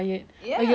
ya so